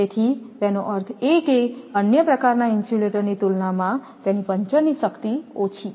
તેથી તેનો અર્થ એ કે અન્ય પ્રકારના ઇન્સ્યુલેટરની તુલનામાં તેની પંચરની શક્તિ ઓછી છે